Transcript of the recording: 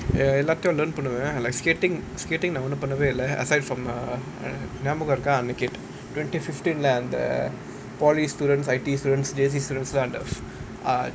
ya எல்லாத்தையும்:ellaathaiyum learn பண்ணுவேன்:pannuvaen like skating skating நா ஒன்னும் பண்ணவே இல்ல:naa onnum pannavae illa like aside from uh ஞாபகம் இருக்கா அன்னைக்கு:nyabaagam irukkaa annaikku indicate twenty fifteen lah and uh polytechnic students I_T_E students J_C students அந்த: antha ah